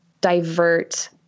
divert